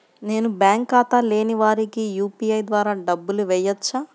నేను బ్యాంక్ ఖాతా లేని వారికి యూ.పీ.ఐ ద్వారా డబ్బులు వేయచ్చా?